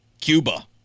Cuba